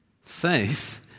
Faith